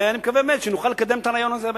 ונקווה באמת שנוכל לקדם את הרעיון הזה בהמשך.